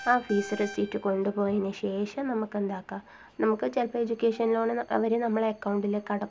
ആ fees receipt കൊണ്ടു പോയതിന് ശേഷം നമുക്കെന്താക്കാം നമുക്ക് ചെലപ്പോൾ എഡ്യൂക്കേഷൻ ലോണ് അവർ നമ്മളെ അക്കൗണ്ടിലേക്ക്